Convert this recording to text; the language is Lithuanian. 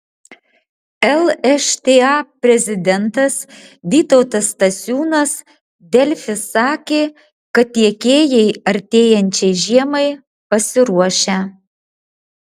lšta prezidentas vytautas stasiūnas delfi sakė kad tiekėjai artėjančiai žiemai pasiruošę